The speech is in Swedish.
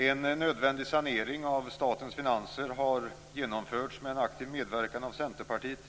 En nödvändig sanering av statens finanser har genomförts med aktiv medverkan av Centerpartiet.